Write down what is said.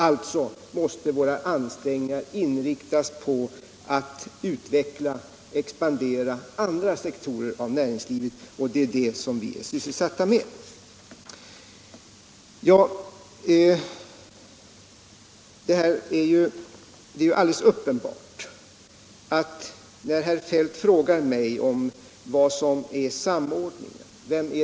Alltså måste våra ansträng = säkra sysselsätt ningar inriktas på att expandera andra sektorer av näringslivet. Det är — ningen inom detta vi är sysselsatta med. Jjärn och stålindu Herr Feldt frågar mig vem som har ansvaret för samordningen.